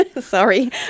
Sorry